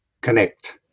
connect